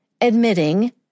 admitting